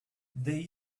they